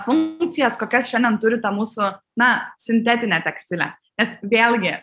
funkcijas kokias šiandien turi ta mūsų na sintetinė tekstilė nes vėlgi